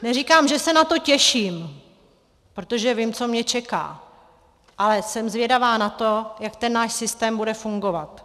Neříkám, že se na to těším, protože vím, co mě čeká, ale jsem zvědavá na to, jak ten náš systém bude fungovat.